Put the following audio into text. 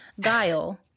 Guile